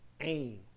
aim